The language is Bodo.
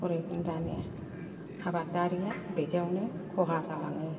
गरिब गुन्द्रानि आबादारिआ बिदियावनो खहा जालाङो